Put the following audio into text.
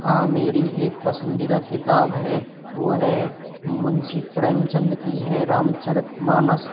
हाँ मेरी एक पसंदीदा किताब है वो है मुंशी प्रेमचंद की है रामचरितमानस